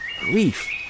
grief